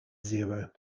zero